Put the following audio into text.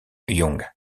young